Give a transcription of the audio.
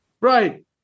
Right